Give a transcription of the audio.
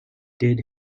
did